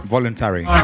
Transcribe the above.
Voluntary